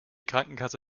krankenkasse